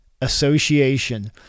Association